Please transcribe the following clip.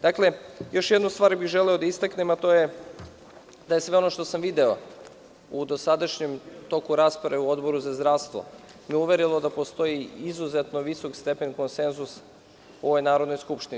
Dakle, još jednu stvar bih želeo da istaknem, a to je da je sve ono što sam video u dosadašnjem toku rasprave u Odboru za zdravstvo me uverilo da postoji izuzetno visok stepen konsenzus u ovoj Narodnoj skupštini.